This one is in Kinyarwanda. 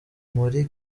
muri